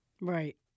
Right